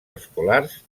escolars